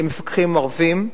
גם מפקחים ערבים,